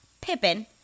Pippin